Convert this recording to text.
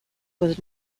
was